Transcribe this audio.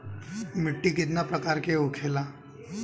मिट्टी कितना प्रकार के होखेला?